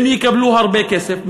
הם יקבלו הרבה כסף.